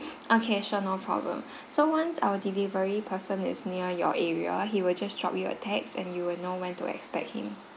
okay sure no problem so once of our delivery person is near your area he will just drop you a text and you will know when to expect him